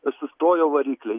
sustojo varikliai